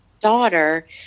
daughter